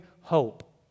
hope